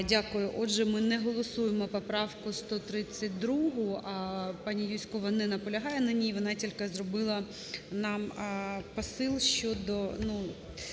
Отже, ми не голосуємо поправку 132, пані Юзькова не наполягає на ній, вона тільки зробила нам посил щодо